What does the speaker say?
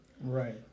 Right